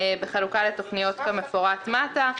בחלוקה לתוכניות כמפורט מטה.